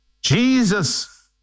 Jesus